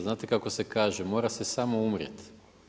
Znate kako se kaže „mora se samo umrijeti“